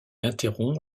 interrompt